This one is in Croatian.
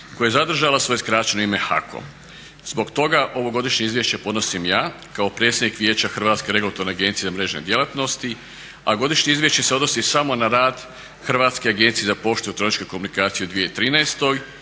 koja je zadržala svoje skraćeno ime HAKOM. Zbog toga ovogodišnje izvješće podnosim ja kao predsjednik Vijeća Hrvatske regulatorne agencije za mrežne djelatnosti, a godišnje izvješće se odnosi samo na rad Hrvatske agencije za poštu i elektroničke komunikacije u 2013.